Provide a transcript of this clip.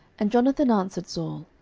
and jonathan answered saul,